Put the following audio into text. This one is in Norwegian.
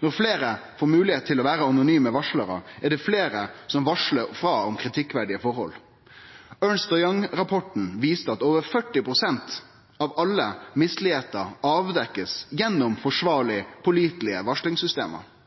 Når fleire får moglegheit til å vere anonyme varslarar, er det fleire som varslar om kritikkverdige forhold. Ernst & Young-rapporten viste at over 40 pst. av all korrupsjon blir avdekt gjennom forsvarlege, pålitelege varslingssystem